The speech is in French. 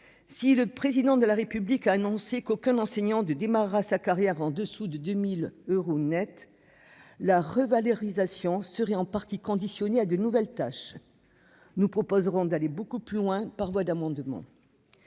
Si le Président de la République a annoncé qu'aucun enseignant ne démarrerait sa carrière en dessous de 2 000 euros net, la revalorisation sera en partie conditionnée à l'accomplissement de nouvelles tâches. Nous proposerons d'aller beaucoup plus loin par voie d'amendement.